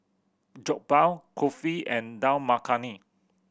Jokbal Kulfi and Dal Makhani